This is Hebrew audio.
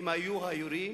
הם היו היורים?